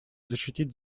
защитить